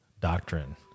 Doctrine